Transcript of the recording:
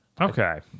Okay